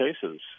cases